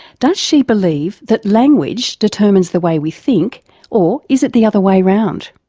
does she believe that language determines the way we think or is it the other way round?